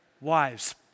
wives